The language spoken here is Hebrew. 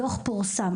הדוח פורסם,